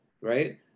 Right